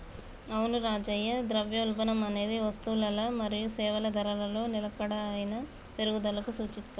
అవును రాజయ్య ద్రవ్యోల్బణం అనేది వస్తువులల మరియు సేవల ధరలలో నిలకడైన పెరుగుదలకు సూచిత్తది